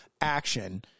action